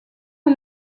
est